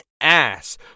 ass